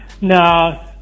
No